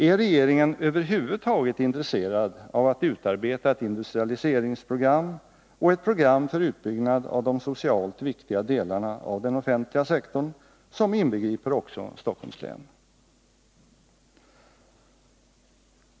Är regeringen över huvud taget intresserad av att utarbeta ett industrialiseringsprogram och ett program för utbyggnad av de socialt viktiga delarna av den offentliga sektorn, som inbegriper också Stockholms län?